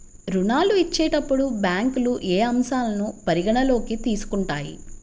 ఋణాలు ఇచ్చేటప్పుడు బ్యాంకులు ఏ అంశాలను పరిగణలోకి తీసుకుంటాయి?